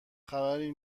خبری